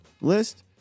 list